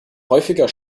häufiger